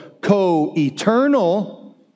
co-eternal